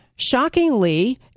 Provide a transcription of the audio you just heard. Shockingly